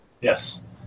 yes